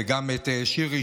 וגם את שירי,